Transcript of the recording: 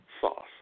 sauce